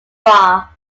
bar